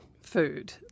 food